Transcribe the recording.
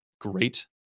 great